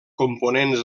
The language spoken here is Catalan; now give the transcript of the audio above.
components